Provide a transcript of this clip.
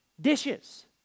dishes